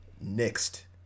next